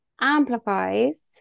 amplifies